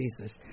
Jesus